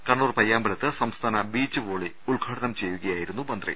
കണ്ണൂർ പയ്യാമ്പലത്ത് സംസ്ഥാന beach volley ഉദ്ഘാടനം ചെയ്യുകയായിരുന്നു മന്ത്രി